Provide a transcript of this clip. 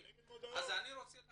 לא, כנגד מודעות.